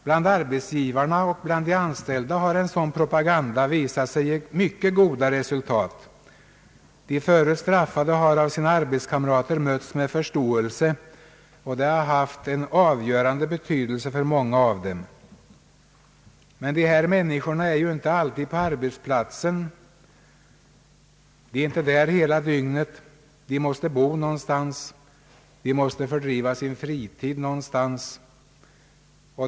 Bland arbetsgivarna och bland de anställda har en sådan propaganda visat sig ge mycket goda resultat. De förut straffade har av sina arbetskamrater mötts med förståelse, och det har haft en avgörande betydelse för många av dem. Men dessa människor är ju inte på arbetsplatsen hela dygnet, utan de måste bo någonstans, och de måste fördriva sin fritid någonstans.